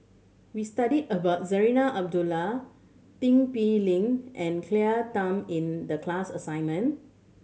we studied about Zarinah Abdullah Tin Pei Ling and Claire Tham in the class assignment